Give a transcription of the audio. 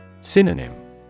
Synonym